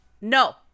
no